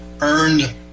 earned